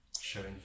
showing